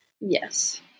Yes